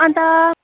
अन्त